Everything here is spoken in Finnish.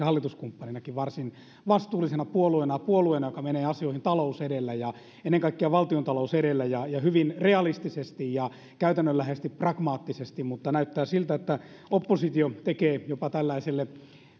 hallituskumppaninakin varsin vastuullisena puolueena ja puolueena joka menee asioihin talous edellä ja ennen kaikkea valtiontalous edellä ja ja hyvin realistisesti ja käytännönläheisesti pragmaattisesti mutta näyttää siltä että oppositio tekee jopa tällaiselle